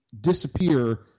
disappear